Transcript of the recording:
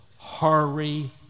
Hurry